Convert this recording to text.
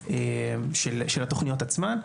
של התוכניות עצמן,